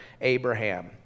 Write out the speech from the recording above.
Abraham